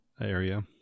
area